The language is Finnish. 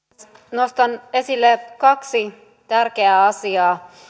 nostan esille kaksi tärkeää asiaa